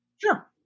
Sure